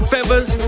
Feathers